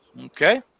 Okay